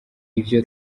ivyo